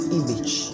image